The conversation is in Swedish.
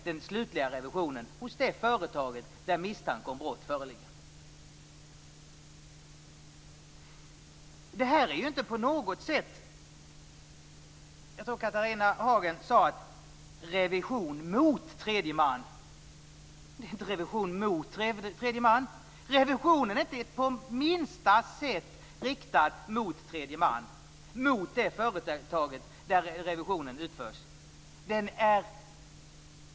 Den slutliga revisionen görs sedan hos det företag om vilket misstanke om brott föreligger. Catharina Hagen talade om revision mot tredje man. Det är inte revision mot tredje man. Revisionen är inte på minsta sätt riktad mot tredje man - mot det företag där revisionen utförs.